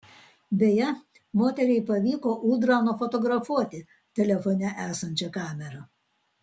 beje moteriai pavyko ūdrą nufotografuoti telefone esančia kamera